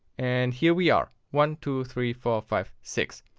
and here we are. one, two, three, four, five, six.